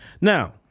Now